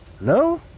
No